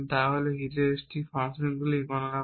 তা হল হিউরিস্টিক ফাংশনগুলি গণনা করা